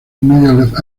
medio